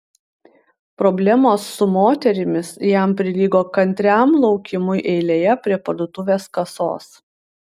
problemos su moterimis jam prilygo kantriam laukimui eilėje prie parduotuvės kasos